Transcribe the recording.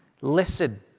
Listen